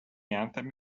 anthem